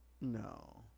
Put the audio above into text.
No